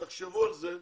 תחשבו על זה.